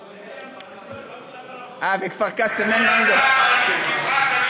אה, בכפר-קאסם, אני מדבר על הקולקטיב.